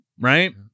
right